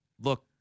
look